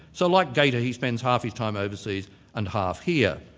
so like gaita, he spends half his time overseas and half here.